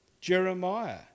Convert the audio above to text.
Jeremiah